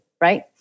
right